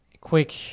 quick